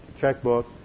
checkbook